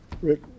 Rick